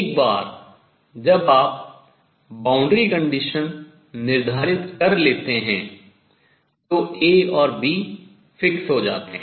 एक बार जब आप boundary condition सीमा प्रतिबंध शर्त निर्धारित कर लेते हैं तो A और B तय हो जाते हैं